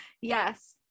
yes